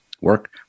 work